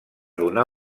donar